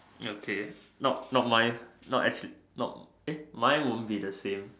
okay not not mine no actually not eh mine won't be the same